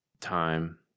time